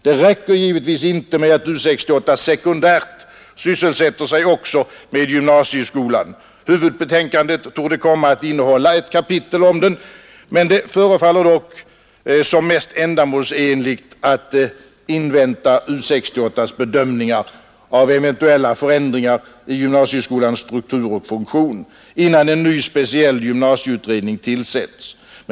Det räcker givetvis inte med att U68 sekundärt sysselsätter sig också med gymnasieskolan — huvudbetänkandet torde komma att innehålla ett kapitel om den — men det förefaller dock som mest ändamålsenligt att invänta U 68: bedömningar av eventuella förändringar i gymnasieskolans struktur och funktion innan en ny speciell gymnasieutredning tillsätts.